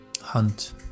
hunt